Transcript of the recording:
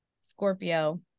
Scorpio